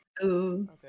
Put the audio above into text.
Okay